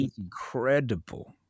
Incredible